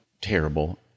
terrible